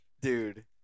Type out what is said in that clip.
Dude